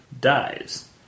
dies